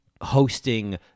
hosting